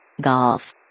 Golf